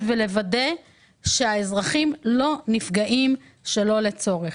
ולוודא שהאזרחים לא נפגעים שלא לצורך.